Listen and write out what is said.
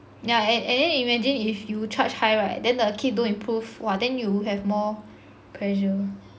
yeah and then imagine if you charge high right then the kid don't improve !wah! then you have more pressure